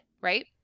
right